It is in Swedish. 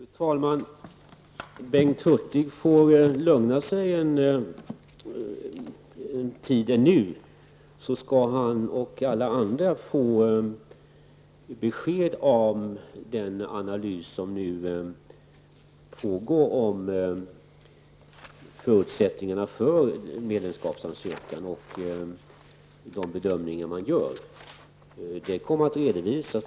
Fru talman! Bengt Hurtig får lov att lugna sig ännu en tid innan han och alla andra får besked genom den analys som nu pågår om förutsättningar för en medlemskapsansökan. Denna analys och de bedömningar som görs kommer att redovisas.